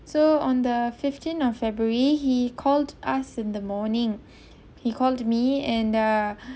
so on the fifteen of february he called us in the morning he called me and uh